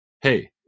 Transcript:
Hey